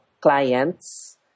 clients